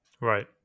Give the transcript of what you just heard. Right